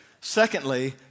Secondly